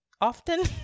often